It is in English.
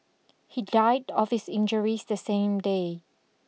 he died of his injuries the same day